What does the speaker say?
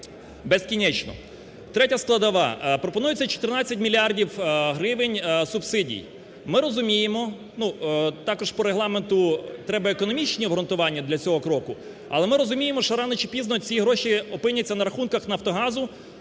безкінечно. Третя складова. Пропонується 14 мільярдів гривень субсидій. Ми розуміємо, ну, також по Регламенту треба економічні обґрунтування для цього кроку, але ми розуміємо, що рано чи пізно ці гроші опиняться на рахунках "Нафтогазу",